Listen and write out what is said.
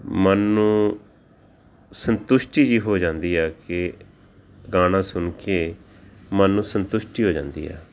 ਮਨ ਨੂੰ ਸੰਤੁਸ਼ਟੀ ਜਿਹੀ ਹੋ ਜਾਂਦੀ ਹੈ ਕਿ ਗਾਣਾ ਸੁਣ ਕੇ ਮਨ ਨੂੰ ਸੰਤੁਸ਼ਟੀ ਹੋ ਜਾਂਦੀ ਆ